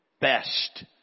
best